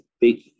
big